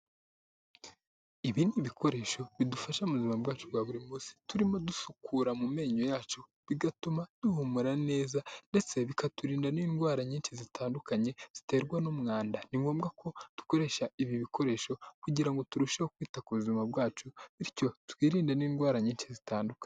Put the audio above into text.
Ibi ni bikoresho bidufasha mu buzima bwacu bwa buri munsi turimo dusukura mu menyo yacu, bigatuma duhumura neza ndetse bikaturinda n'indwara nyinshi zitandukanye ziterwa n'umwanda. Ni ngombwa ko dukoresha ibi bikoresho kugira ngo turusheho kwita ku buzima bwacu, bityo twirinde n'indwara nyinshi zitandukanye.